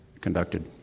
conducted